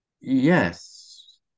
Yes